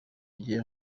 gihe